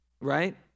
right